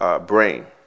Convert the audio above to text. brain